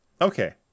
Okay